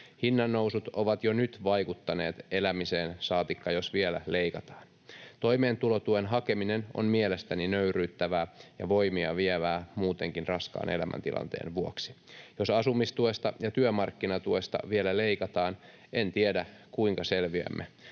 Hinnannousut ovat jo nyt vaikuttaneet elämiseen, saatikka jos vielä leikataan. Toimeentulotuen hakeminen on mielestäni nöyryyttävää ja voimia vievää muutenkin raskaan elämäntilanteen vuoksi. Jos asumistuesta ja työmarkkinatuesta vielä leikataan, en tiedä, kuinka selviämme.